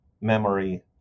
memory